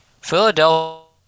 Philadelphia